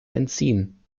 entziehen